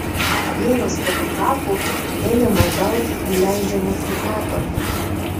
vienas fotografų ėmė maldauti įleidžiamas į patalpą